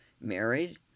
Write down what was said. married